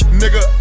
nigga